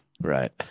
Right